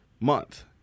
month